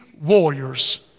warriors